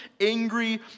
angry